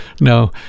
no